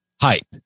hype